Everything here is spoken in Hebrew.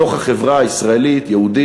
בתוך החברה הישראלית-יהודית